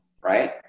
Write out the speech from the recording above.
right